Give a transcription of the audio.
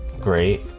great